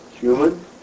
human